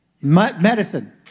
medicine